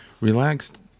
relaxed